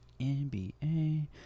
NBA